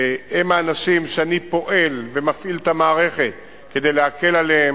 הם האנשים שאני פועל ומפעיל את המערכת כדי להקל עליהם,